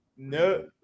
No